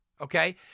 Okay